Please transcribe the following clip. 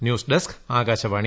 news desk Akashvani